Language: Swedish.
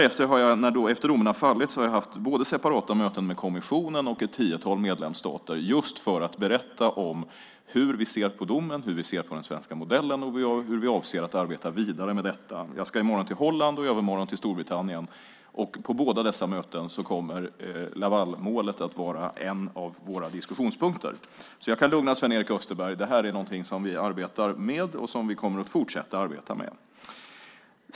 Efter att domen har fallit har jag haft både separata möten med kommissionen och med ett tiotal medlemsstater just för att berätta om hur vi ser på domen, hur vi ser på den svenska modellen och hur vi avser att arbeta vidare med detta. Jag ska i morgon till Holland och i övermorgon till Storbritannien. På båda dessa möten kommer Lavalmålet att vara en av våra diskussionspunkter. Jag kan därför lugna Sven-Erik Österberg med att detta är någonting som vi arbetar med och som vi kommer att fortsätta arbeta med.